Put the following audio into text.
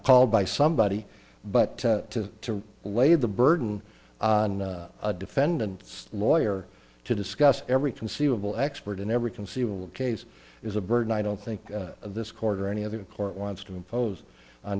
called by somebody but to laid the burden on defendant's lawyer to discuss every conceivable expert in every conceivable case is a burden i don't think this quarter or any other court wants to impose on